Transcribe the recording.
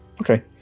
Okay